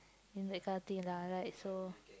that kind of thing lah right so